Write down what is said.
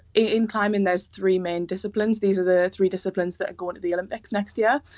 in climbing there's three main disciplines. these are the three disciplines that are going to the olympics next year.